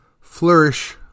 flourish